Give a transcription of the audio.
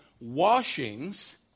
washings